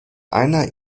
einer